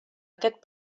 aquest